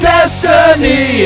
Destiny